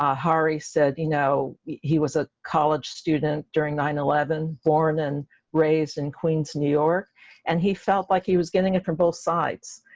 ah hari said you know he was a college student during nine one, born and raised in queens, new york and he felt like he was getting from both sides,